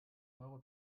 euro